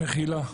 מחילה.